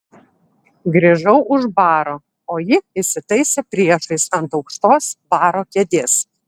grįžau už baro o ji įsitaisė priešais ant aukštos baro kėdės